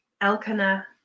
Elkanah